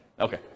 Okay